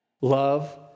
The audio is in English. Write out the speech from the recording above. love